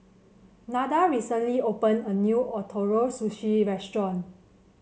Nada recently opened a new Ootoro Sushi Restaurant